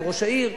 עם ראש העיר,